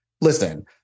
listen